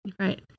Right